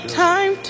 time